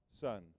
Son